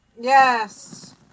yes